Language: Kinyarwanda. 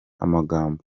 amagambo